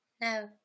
No